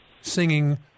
singing